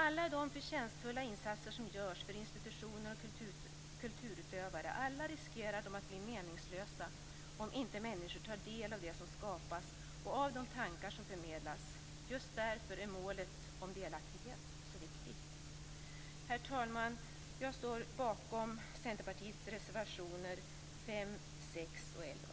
Alla de förtjänstfulla insatser som görs för institutioner och kulturutövare riskerar att bli meningslösa om människor inte tar del av det som skapas och de tankar som förmedlas. Just därför är målet om delaktighet så viktigt. Herr talman! Jag står bakom Centerpartiets reservationer 5, 6 och 11.